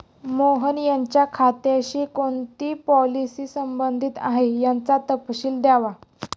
मोहन यांच्या खात्याशी कोणती पॉलिसी संबंधित आहे, याचा तपशील द्यावा